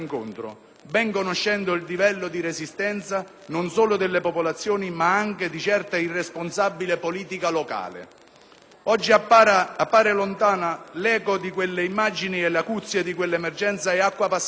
ben conoscendo il livello di resistenza, non solo delle popolazioni ma anche di certa irresponsabile politica locale. Oggi appare lontana l'eco di quelle immagini e l'acuzie di quell'emergenza è acqua passata.